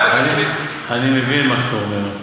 אני מבין מה שאתה אומר,